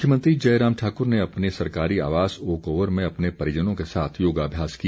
मुख्यमंत्री जयराम ठाकुर ने अपने सरकारी आवास ओक ओवर में अपने परिजनों के साथ योगाभ्यास किया